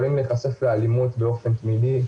הם יכולים להיחשף לאלימות באופן תמידי,